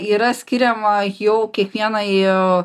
yra skiriama jau kiekvienai